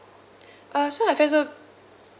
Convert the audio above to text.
uh so our facebook